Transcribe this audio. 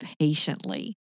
patiently